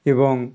ଏବଂ